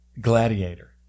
Gladiator